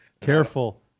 Careful